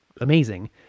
amazing